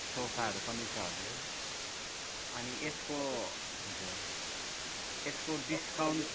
सोफाहरू पनि छ हजुर अनि यसको हजुर यसको डिस्काउन्ट